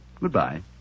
Goodbye